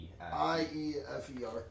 I-E-F-E-R